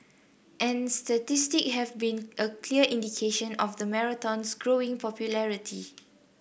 and statistics have been a clear indication of the marathon's growing popularity